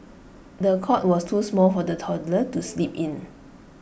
the cot was too small for the toddler to sleep in